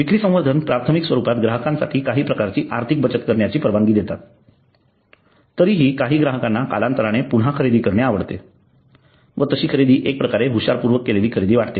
विक्री संवर्धन प्राथमिक स्वरूपात ग्राहकासाठी काही प्रकारची आर्थिक बचत करण्याची परवानगी देतात तरीही काही ग्राहकांना कालांतराने पुन्हा खरेदी करणे आवडते व तशी खरेदी एकप्रकारे हुशार पूर्वक केलेली खरेदि वाटते